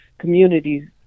communities